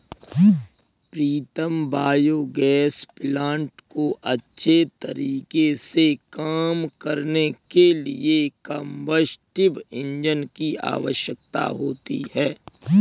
प्रीतम biogas plant को अच्छे तरीके से काम करने के लिए कंबस्टिव इंजन की आवश्यकता होती है